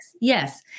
Yes